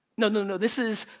no, no, no, this is,